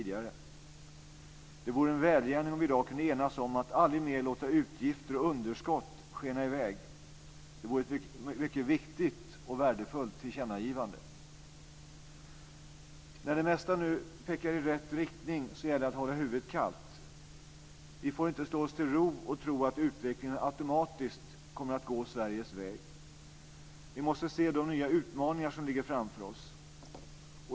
Det vore en välgärning om vi i dag kunde enas om att aldrig mer låta utgifter och underskott skena i väg. Det vore ett mycket viktigt och värdefullt tillkännagivande. När det mesta nu pekar i rätt riktning gäller det att hålla huvudet kallt. Vi får inte slå oss till ro och tro att utvecklingen automatiskt kommer att gå Sveriges väg. Vi måste se de nya utmaningar som ligger framför oss.